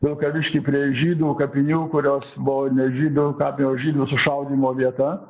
vilkavišky prie žydų kapinių kurios buvo ne žydų kapinių o žydų sušaudymo vieta